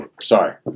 Sorry